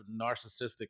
narcissistic